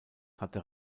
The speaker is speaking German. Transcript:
hatte